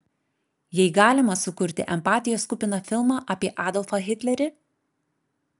jei galima sukurti empatijos kupiną filmą apie adolfą hitlerį